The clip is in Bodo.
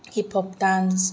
hip hop dance